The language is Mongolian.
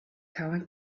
таван